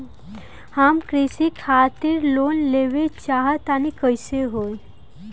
हम कृषि खातिर लोन लेवल चाहऽ तनि कइसे होई?